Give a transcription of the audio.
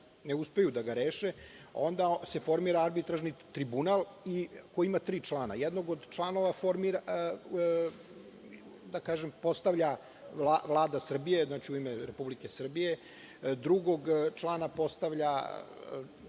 ne uspeju da ga reše, onda se formira arbitražni tribunal koji ima tri člana. Jednog člana postavlja Vlada Srbije u ime Republike Srbije, drugog člana postavlja